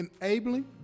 enabling